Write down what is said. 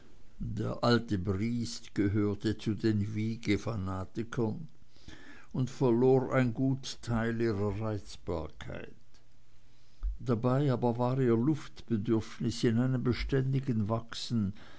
der alte briest gehörte zu den wiegefanatikern und verlor ein gut teil ihrer reizbarkeit dabei war aber ihr luftbedürfnis in einem beständigen wachsen